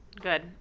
Good